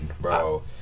bro